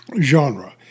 genre